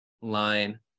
line